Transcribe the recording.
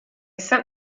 sent